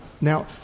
Now